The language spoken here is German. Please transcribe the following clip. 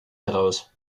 heraus